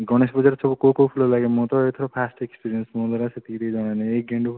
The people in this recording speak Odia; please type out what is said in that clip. ଗଣେଶ ପୂଜାରେ ସବୁ କେଉଁ କେଉଁ ଫୁଲ ଲାଗେ ମୁଁ ତ ଏଇଥିରେ ଫାର୍ଷ୍ଟ ଏକ୍ସପେରିଏନ୍ସ ମୋତେ ତ ସେତିକି ବି ଜଣା ନାହିଁ ଏଇ ଗେଣ୍ଡୁ